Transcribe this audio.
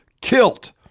kilt